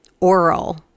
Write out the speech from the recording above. oral